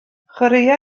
chwaraea